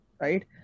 right